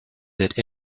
that